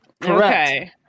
Correct